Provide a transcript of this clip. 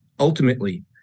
Ultimately